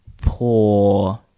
poor